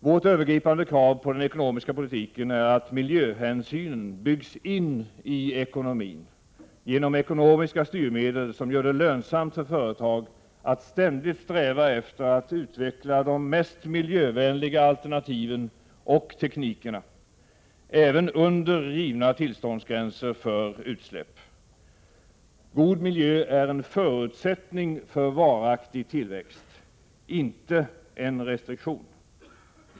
Vårt övergripande krav på den ekonomiska politiken är att miljöhänsynen byggs in i ekonomin genom ekonomiska styrmedel, som gör det lönsamt för företag att ständigt sträva efter att utveckla de mest miljövänliga alternativen och teknikerna, även under givna tillståndsgränser för utsläpp. God miljö är en förutsättning för varaktig tillväxt, inte en restriktion.